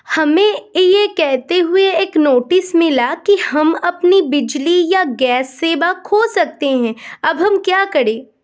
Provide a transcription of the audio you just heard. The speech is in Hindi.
हमें यह कहते हुए एक नोटिस मिला कि हम अपनी बिजली या गैस सेवा खो सकते हैं अब हम क्या करें?